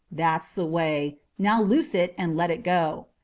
that's the way. now loose it and let it go.